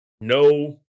No